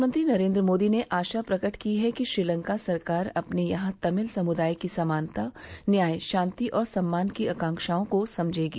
प्रधानमंत्री नरेन्द्र मोदी ने आशा प्रकट की है कि श्रीलंका सरकार अपने यहां तमिल समुदाय की समानता न्याय शांति और सम्मान की आकांक्षाओं को समझेगी